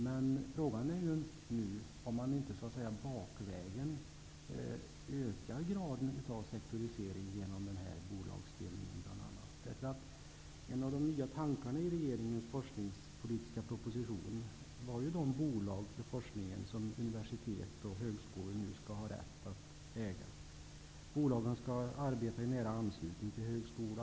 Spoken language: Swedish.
Men frågan är nu om man inte så att säga bakvägen ökar graden av sektorisering bl.a. genom den här bolagsbildningen. En av de nya tankarna i regeringens forskningspolitiska proposition var ju de bolag för forskningen som universitet och högskolor nu skall ha rätt att äga. Bolagen skall arbeta i nära anslutning till högskolan.